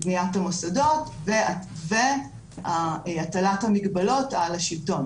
בניית המוסדות והטלת המגבלות על השלטון.